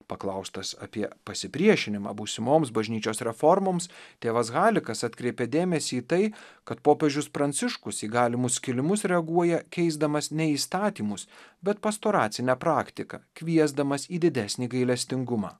paklaustas apie pasipriešinimą būsimoms bažnyčios reformoms tėvas halikas atkreipia dėmesį į tai kad popiežius pranciškus į galimus skilimus reaguoja keisdamas ne įstatymus bet pastoracinę praktiką kviesdamas į didesnį gailestingumą